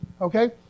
okay